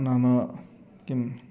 नाम किं